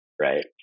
right